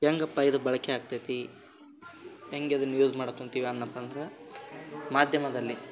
ಹೇಗಪ್ಪ ಇದು ಬಳಕೆ ಆಗ್ತದೆ ಹೇಗೆ ಅದನ್ನು ಯೂಸ್ ಮಾಡಿಕೋತಿವಿ ಅಂದೆನಪ್ಪ ಅಂದ್ರೆ ಮಾಧ್ಯಮದಲ್ಲಿ